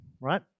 right